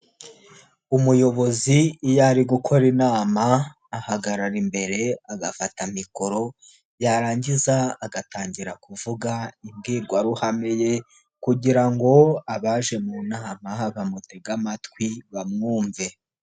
Umuyobozi iyo ari gukora inama ahagarara imbere agafata mikoro yarangiza agatangira kuvuga imbwirwaruhame ye kugira ngo abaje mu nama bamutetege amatwi bamwumve.